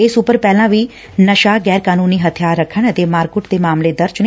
ਇਸ ਉਪਰ ਪਹਿਲਾਂ ਵੀ ਨਸ਼ਾ ਗੈਰ ਕਾਨੰਨੀ ਹਥਿਆਰ ਰੱਖਣ ਅਤੇ ਮਾਰਕੱਟ ਦੇ ਮਾਮਲੇ ਦਰਜ ਨੇ